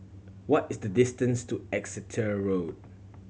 what is the distance to Exeter Road